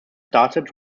started